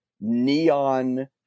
neon